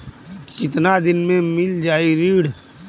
कितना दिन में मील जाई ऋण?